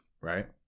right